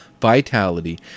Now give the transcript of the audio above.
vitality